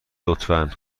لطفا